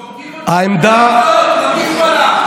זורקים אותנו במריצות למזבלה.